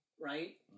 right